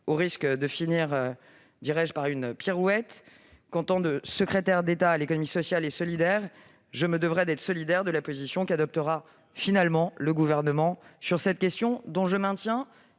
au risque de finir par une pirouette, qu'en tant que secrétaire d'État à l'économie sociale et solidaire je me devrai d'être solidaire de la position qu'adoptera finalement le Gouvernement sur cette question, dont je maintiens